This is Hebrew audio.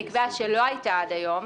שלא היתה עד היום,